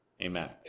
Amen